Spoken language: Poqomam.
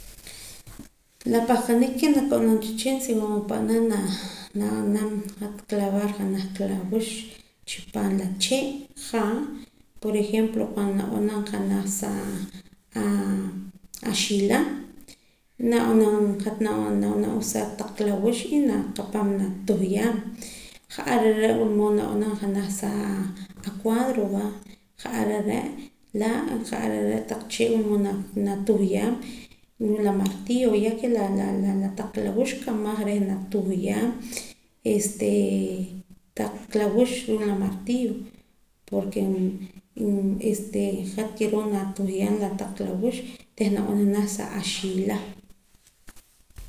La pahqanik ke nakab'anam cha wehchin si wula mood pa'ana nab'anam hat clavar janaj kalaawux chi paam la chee' jaa por ejemplo cuando nab'anam janaj sa axiila hat nab'anam usar kotaq kalaaawux y naqapam na tuhyaam ja'ar are' wula mood nab'anam janaj sa acuadro va ja'ar are' laa' ja'ar are' taq chee' wula mood natuhyaam ruu' la martillo ya que la taq kalaawux nkamaj reh natuhyaam este taq kalawux ruu' la martillo porke hat kirroo natuhyaa la taq kalaawux reh nab'anam naj sa axiiila